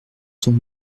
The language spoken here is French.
sont